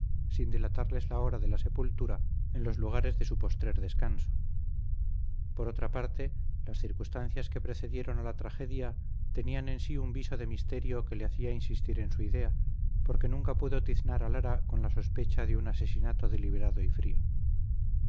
sin dilatarles la honra de la sepultura en los lugares de su postrer descanso por otra parte las circunstancias que precedieron a la tragedia tenían en sí un viso de misterio que le hacía insistir en su idea porque nunca pudo tiznar a lara con la sospecha de un asesinato deliberado y frío